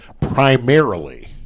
primarily